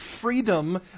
freedom